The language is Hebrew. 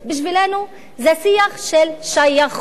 בשבילנו זה שיח של שייכות.